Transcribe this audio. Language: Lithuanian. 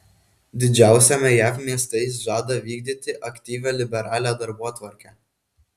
didžiausiame jav mieste jis žada vykdyti aktyvią liberalią darbotvarkę